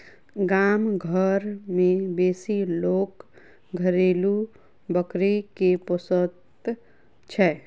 गाम घर मे बेसी लोक घरेलू बकरी के पोसैत छै